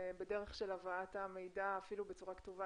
בדרך של הבאת המידע אפילו בצורה כתובה